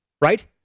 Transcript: right